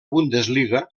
bundesliga